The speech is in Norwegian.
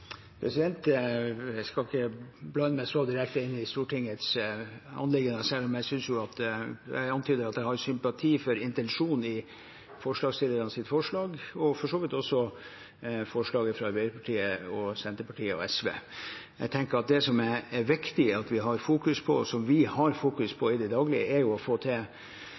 Jeg skal ikke blande meg så direkte inn i Stortingets anliggende, selv om jeg antydet at jeg har sympati for intensjonen i forslagsstillernes forslag – og for så vidt også forslaget fra Arbeiderpartiet, Senterpartiet og SV. Jeg tenker det som det er viktig at vi fokuserer på – og som vi fokuserer på i det daglige – er å få til